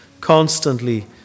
constantly